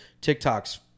TikTok's